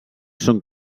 són